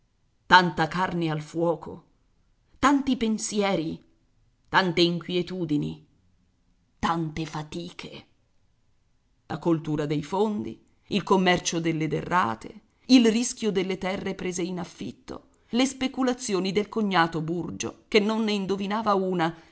tanta carne al fuoco tanti pensieri tante inquietudini tante fatiche la coltura dei fondi il commercio delle derrate il rischio delle terre prese in affitto le speculazioni del cognato burgio che non ne indovinava una